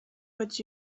what